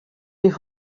die